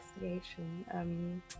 investigation